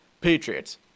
Patriots